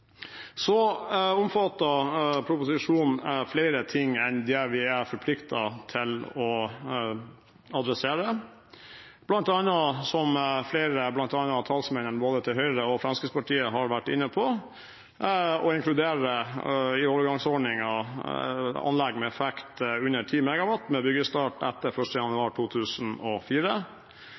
Så omfatter proposisjonen flere ting enn det vi er forpliktet til å adressere, noe flere, bl.a. talsmenn i både Høyre og Fremskrittspartiet, har vært inne på, f.eks. å inkludere i overgangsordningen anlegg med effekt under 10 MW med byggestart etter